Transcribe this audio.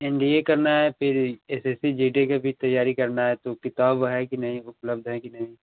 N D A करना है फ़िर S S C G D की भी तैयारी करनी है तो किताब है कि नहीं उपलब्ध हैं कि नहीं